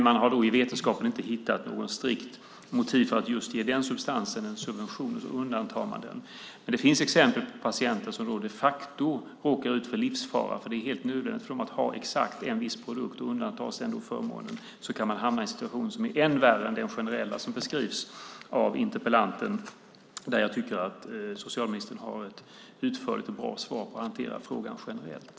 Man har i vetenskapen inte hittat något strikt motiv för att just ge den substansen en subvention, så då undantar man den. Det finns exempel på patienter som de facto råkar ut för livsfara eftersom det är helt nödvändigt för dem att ha exakt en viss produkt. Undantas förmånen kan man hamna i en situation som är ännu värre än den generella som beskrivs av interpellanten. Jag tycker dock att socialministern har ett utförligt och bra svar på hur man hanterar frågan generellt.